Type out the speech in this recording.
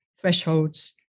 thresholds